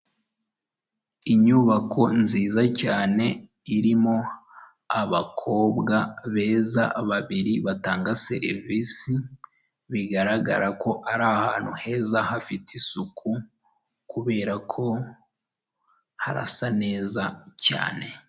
Inyubako nziza cyane irimo abakobwa beza babiri batanga serivisi bigaragara ko ari ahantu heza hafite isuku kubera ko harasa neza cyane.